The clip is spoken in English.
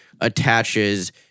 attaches